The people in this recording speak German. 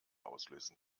auslösen